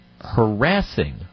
harassing